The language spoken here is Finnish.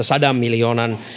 sadan miljoonan